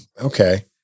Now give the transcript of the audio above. Okay